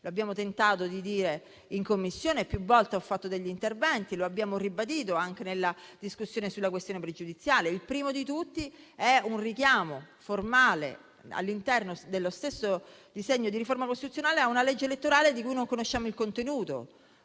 Abbiamo tentato di dirlo in Commissione, dove più volte ho fatto degli interventi, e lo abbiamo ribadito anche nella discussione sulla questione pregiudiziale. Il primo è un richiamo formale, all'interno dello stesso disegno di riforma costituzionale, a una legge elettorale di cui non conosciamo il contenuto.